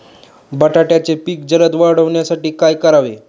बटाट्याचे पीक जलद वाढवण्यासाठी काय करावे?